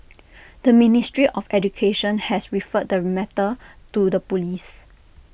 the ministry of education has referred the matter to the Police